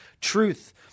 truth